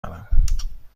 دارم